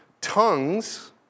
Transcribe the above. Tongues